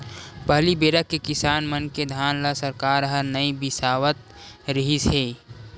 पहली बेरा के किसान मन के धान ल सरकार ह नइ बिसावत रिहिस हे